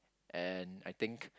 and I think